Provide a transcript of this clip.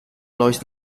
lois